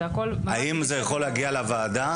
האם הנוהל הזה יכול להגיע לוועדה,